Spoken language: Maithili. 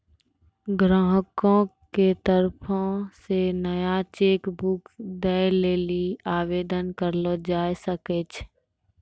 ग्राहको के तरफो से नया चेक बुक दै लेली आवेदन करलो जाय सकै छै